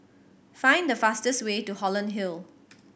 find the fastest way to Holland Hill